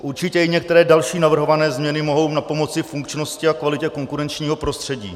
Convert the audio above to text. Určitě i některé další navrhované změny mohou napomoci funkčnosti a kvalitě konkurenčního prostředí.